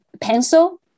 pencil